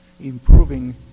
improving